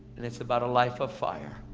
and it's about a life of fire.